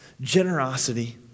Generosity